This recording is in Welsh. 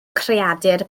creadur